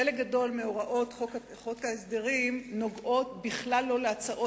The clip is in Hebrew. חלק גדול מהוראות חוק ההסדרים נוגעות בכלל לא להצעות